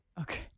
Okay